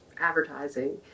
advertising